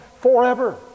forever